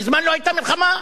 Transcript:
מזמן לא היתה מלחמה,